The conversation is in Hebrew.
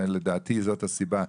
ולדעתי זאת הסיבה.